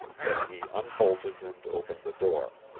then he unbolted and opened the door.